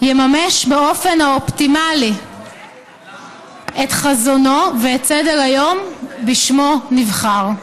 יממש באופן האופטימלי את חזונו ואת סדר-היום שבשמו נבחר.